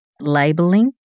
labeling